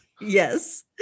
yes